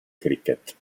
cricket